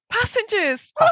passengers